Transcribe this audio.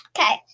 Okay